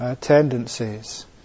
tendencies